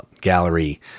gallery